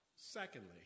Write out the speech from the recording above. Secondly